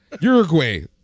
uruguay